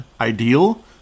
ideal